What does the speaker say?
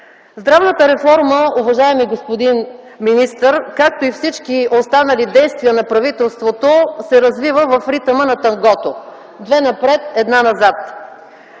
Здравната реформа, уважаеми господин министър, както и всички останали действия на правителството, се развива в ритъма на тангото – две напред, една назад.